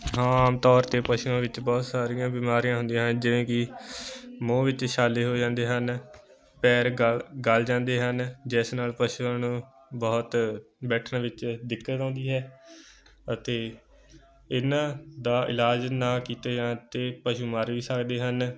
ਹਾਂ ਆਮ ਤੌਰ ਤੇ ਪਸ਼ੂ ਵਿੱਚ ਬਹੁਤ ਸਾਰੀਆਂ ਬਿਮਾਰੀਆਂ ਹੁੰਦੀਆਂ ਹਨ ਜਿਵੇਂ ਕਿ ਮੂੰਹ ਵਿੱਚ ਛਾਲੇ ਹੋ ਜਾਂਦੇ ਹਨ ਪੈਰ ਗ ਗਲ ਜਾਂਦੇ ਹਨ ਜਿਸ ਨਾਲ ਪਸ਼ੂਆਂ ਨੂੰ ਬਹੁਤ ਬੈਠਣ ਵਿੱਚ ਦਿੱਕਤ ਆਉਂਦੀ ਹੈ ਅਤੇ ਇਹਨਾਂ ਦਾ ਇਲਾਜ ਨਾ ਕੀਤੇ ਜਾਣ ਤੇ ਪਸ਼ੂ ਮਾਰ ਵੀ ਸਕਦੇ ਹਨ